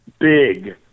big